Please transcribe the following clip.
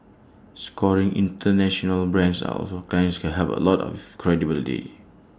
scoring International brands are also clients can helps A lot of credibility